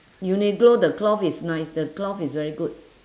uniqlo the cloth is nice the cloth is very good